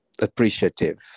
appreciative